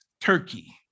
Turkey